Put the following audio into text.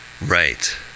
Right